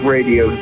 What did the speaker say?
Radio